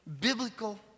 biblical